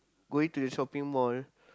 going to the shopping mall